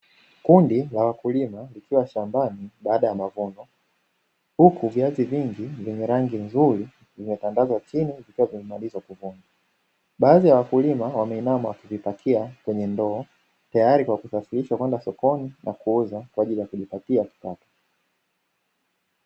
Kundi la wakulima likiwa shambani baada ya mavuno, huku viazi vingi vyenye rangi nzuri vimetandazwa chini vikiwa vimemalizwa kuvunwa. Baadhi ya wakulima wameinama wakivipakia kwenye ndoo, tayari kwa kusafirisha kwenda sokoni na kuuza kwa ajili ya kujipatia kipato.